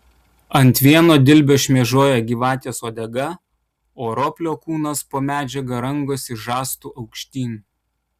ant vieno dilbio šmėžuoja gyvatės uodega o roplio kūnas po medžiaga rangosi žastu aukštyn